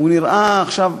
כמו שזה נראה עכשיו,